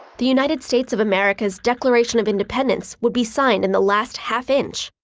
the united states of america's declaration of independence would be signed in the last half-inch.